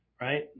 right